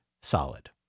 solid